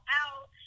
out